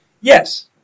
Yes